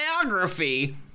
biography